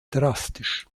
drastisch